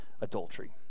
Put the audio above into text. adultery